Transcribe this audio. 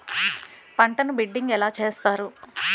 పంటను బిడ్డింగ్ ఎలా చేస్తారు?